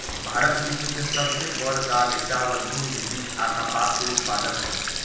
भारत विश्व के सब से बड़ दाल, चावल, दूध, जुट आ कपास के उत्पादक हई